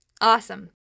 Awesome